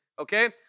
okay